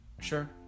Sure